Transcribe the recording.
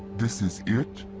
this is it?